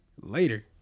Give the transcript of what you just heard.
later